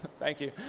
thank you.